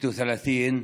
36,